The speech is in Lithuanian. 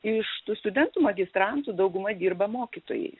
iš tų studentų magistrantų dauguma dirba mokytojais